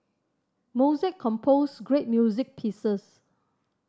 Mozart composed great music pieces